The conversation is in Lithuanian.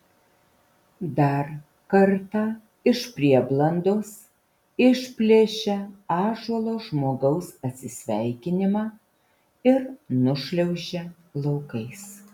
dar kartą iš prieblandos išplėšia ąžuolo žmogaus atsisveikinimą ir nušliaužia laukais